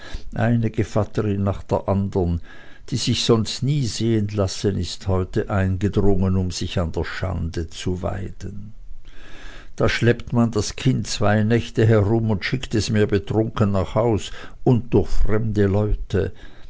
eine gevatterin nach der anderen die sich sonst nie sehen lassen ist heute eingedrungen um sich an der schande zu weiden da schleppt man das kind zwei nächte herum und schickt es mir betrunken nach haus und durch fremde leute